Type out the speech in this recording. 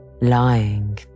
lying